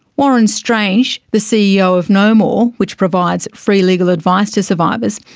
warren strange, the ceo of know more, which provides free legal advice to survivors,